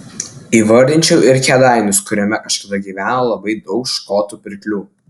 įvardinčiau ir kėdainius kuriame kažkada gyveno labai daug škotų pirklių